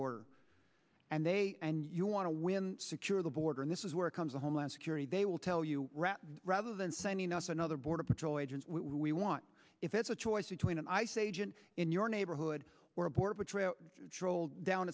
border and they and you want to win secure the border and this is where it comes to homeland security they will tell you rather than sending us another border patrol agent we want if it's a choice between an ice agent in your neighborhood rolled down